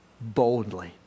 boldly